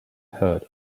heard